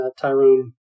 Tyrone